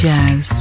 Jazz